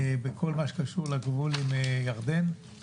בכל מה שקשור לגבול עם מצרים,